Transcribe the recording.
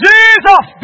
Jesus